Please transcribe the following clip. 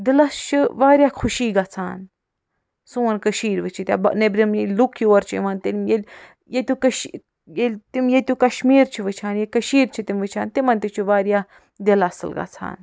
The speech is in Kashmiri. دلس چھُ واریاہ خوشی گژھان سون کشیٖر وٕچھِتھ یا نیبرِم ییٚلہِ لُکھ یور چھِ یِوان تِم ییٚتیُک کشمیٖر چھِ وٕچھان یا کشیٖر چھِ تِم وٕچھان تِمن تہِ چھُ واریاہ دل اصل گژھان